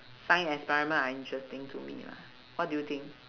science experiment are interesting to me lah what do you think